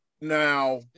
Now